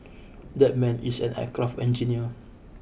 that man is an aircraft engineer